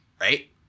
right